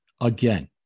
Again